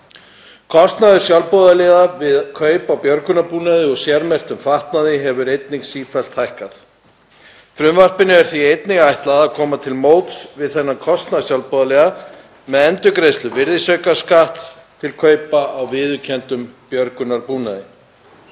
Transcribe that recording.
Kostnaður sjálfboðaliða við kaup á björgunarbúnaði og sérmerktum fatnaði hefur sífellt hækkað. Frumvarpinu er því einnig ætlað að koma til móts við þennan kostnað sjálfboðaliða með endurgreiðslu virðisaukaskatts til kaupa á viðurkenndum björgunarbúnaði.